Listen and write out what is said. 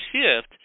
shift